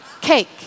cake